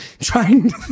trying